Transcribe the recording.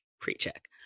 Pre-check